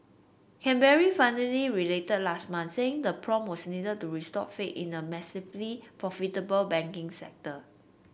Canberra finally relented last month saying the probe was needed to restore faith in the massively profitable banking sector